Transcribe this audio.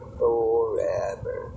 forever